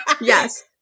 Yes